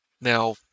Now